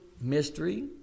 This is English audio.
mystery